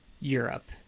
Europe